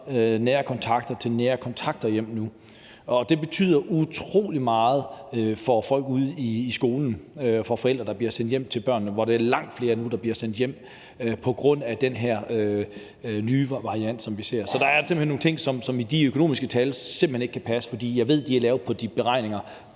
nære kontakter til nære kontakter hjem nu. Det betyder utroligt meget for folk ude i skolerne; men også for de forældre, der bliver sendt hjem til børnene, hvor der er langt flere, der nu bliver sendt hjem på grund af den her nye variant, som vi ser. Så der er nogle ting, som med de økonomiske tal simpelt hen ikke kan passe, fordi jeg ved, at de er lavet på beregninger